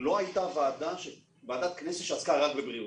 לא הייתה ועדת כנסת שעסקה רק בבריאות.